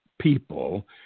people